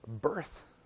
birth